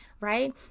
right